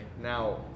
Now